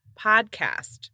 podcast